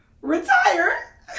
Retire